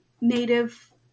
Native